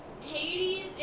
Hades